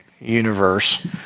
universe